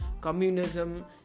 communism